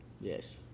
Yes